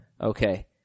Okay